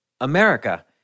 America